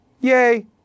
Yay